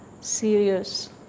serious